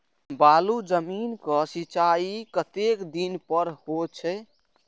बालू जमीन क सीचाई कतेक दिन पर हो छे?